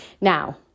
Now